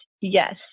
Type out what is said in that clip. yes